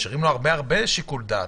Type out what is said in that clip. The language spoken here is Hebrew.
אנחנו משאירים לו הרבה הרבה שיקול דעת.